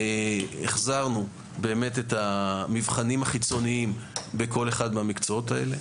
החזרנו באמת את המבחנים החיצוניים בכל אחד מן המקצועות האלה,